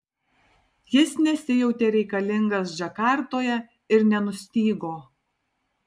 jis nesijautė reikalingas džakartoje ir nenustygo